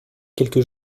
quelques